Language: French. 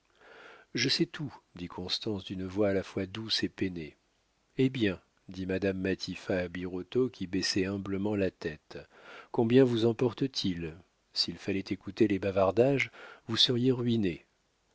je sais tout dit constance d'une voix à la fois douce et peinée eh bien dit madame matifat à birotteau qui baissait humblement la tête combien vous emporte t il s'il fallait écouter les bavardages vous seriez ruiné